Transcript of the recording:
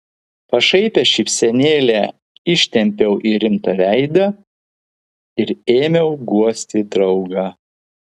pašaipią šypsenėlę ištempiau į rimtą veidą ir ėmiau guosti draugą